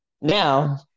Now